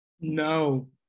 No